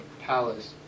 palace